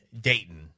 Dayton